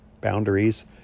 Boundaries